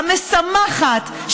המשמחת,